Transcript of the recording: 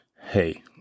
hey